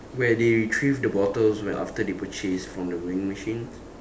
where they retrieve the bottles when after they purchase from the vending machine